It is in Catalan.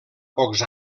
pocs